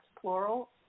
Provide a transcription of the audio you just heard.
plural